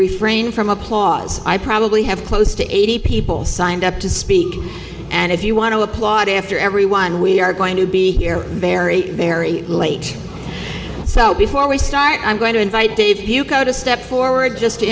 refrain from applause i probably have close to eighty people signed up to speak and if you want to applaud after everyone we are going to be here very very late before we start i'm going to invite dave to step forward just to